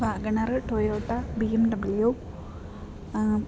WagonR Toyota BMW